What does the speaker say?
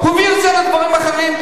העבירה את זה לדברים אחרים.